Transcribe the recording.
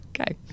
Okay